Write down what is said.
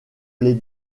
les